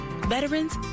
veterans